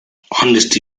honesty